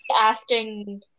asking